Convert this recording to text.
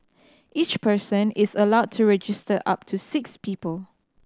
each person is allowed to register up to six people